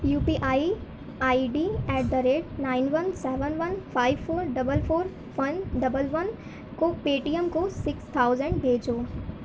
you P I I D at the rate nine one seven one five four double four one double one کو Paytm کو six thousand بھیجو